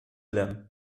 them